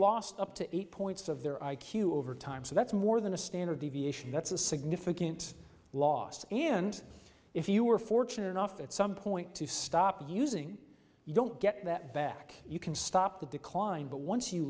lost up to eight points of their i q over time so that's more than a standard deviation that's a significant last and if you were fortunate enough at some point to stop using you don't get that back you can stop the decline but once you